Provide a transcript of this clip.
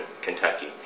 Kentucky